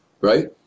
right